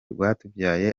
rwatubyaye